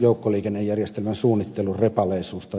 joukkoliikennejärjestelmän suunnittelun repaleisuus tai pirstaleisuus